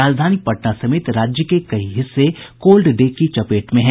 राजधानी पटना समेत राज्य के कई हिस्से कोल्ड डे की चपेट में हैं